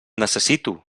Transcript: necessito